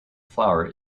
flower